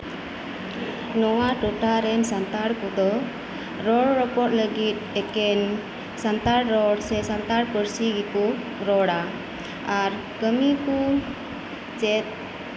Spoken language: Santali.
ᱱᱚᱣᱟ ᱴᱚᱴᱷᱟ ᱨᱮᱱ ᱥᱟᱱᱛᱟᱲ ᱠᱚᱫᱚ ᱨᱚᱲ ᱨᱚᱯᱚᱲ ᱞᱟᱹᱜᱤᱫ ᱮᱠᱮᱱ ᱥᱟᱱᱛᱟᱲ ᱥᱮ ᱥᱟᱱᱛᱟᱲ ᱯᱟᱹᱨᱥᱤ ᱜᱮᱠᱚ ᱨᱚᱲᱼᱟ ᱟᱨ ᱠᱟᱹᱢᱤ ᱠᱚ ᱪᱮᱫ